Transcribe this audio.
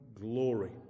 glory